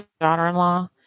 daughter-in-law